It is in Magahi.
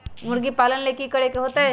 मुर्गी पालन ले कि करे के होतै?